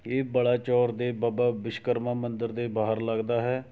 ਇਹ ਬਲਾਚੋਰ ਦੇ ਬਾਬਾ ਵਿਸ਼ਵਕਰਮਾ ਮੰਦਿਰ ਦੇ ਬਾਹਰ ਲੱਗਦਾ ਹੈ